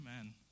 Amen